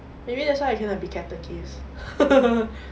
maybe that's why I cannot be catechist